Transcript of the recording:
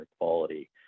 quality